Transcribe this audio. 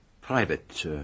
private